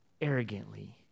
arrogantly